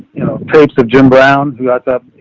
you know, tapes of jim brown who got that.